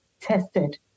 tested